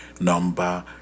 number